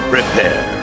Prepare